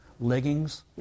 leggings